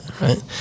right